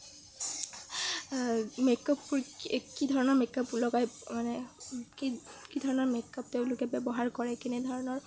মেকআপবোৰ কি কি কি ধৰণৰ মেকআপ লগায় মানে কি ধৰণৰ মেকআপ তেওঁলোকে ব্যবহাৰ কৰে কেনেধৰণৰ